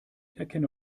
erkenne